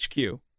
HQ